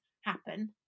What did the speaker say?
happen